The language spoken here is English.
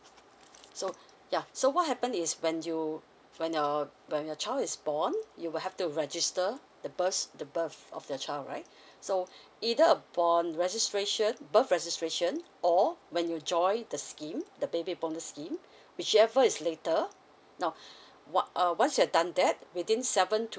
so yeah so what happen is when you when your when your child is born you will have to register the burst the birth of your child right so either upon registration birth registration or when you join the scheme the baby bonus scheme whichever is later now wa~ uh once you've done that within seven to